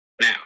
now